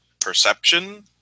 perception